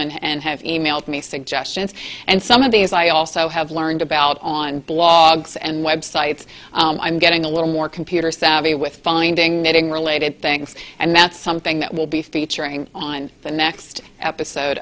and have e mailed me suggestions and some of these i also have learned about on blogs and websites i'm getting a little more computer savvy with finding knitting related things and that's something that will be featuring on the next episode